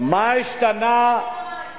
זה בגלל עליית מחירי המים.